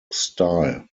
style